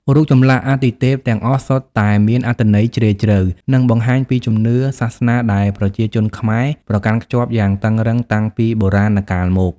រូបចម្លាក់អាទិទេពទាំងអស់សុទ្ធតែមានអត្ថន័យជ្រាលជ្រៅ និងបង្ហាញពីជំនឿសាសនាដែលប្រជាជនខ្មែរប្រកាន់ខ្ជាប់យ៉ាងរឹងមាំតាំងពីបុរាណកាលមក។